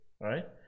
right